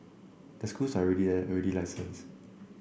the schools are already there already licensed